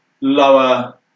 lower